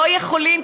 לא יכולים,